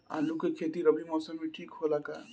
आलू के खेती रबी मौसम में ठीक होला का?